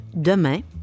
demain